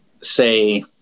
say